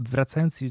Wracając